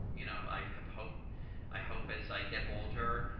you know, i have hope i hope as i get older,